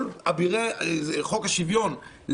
כל אבירי חוק השוויון,